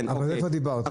על זה כבר דיברת.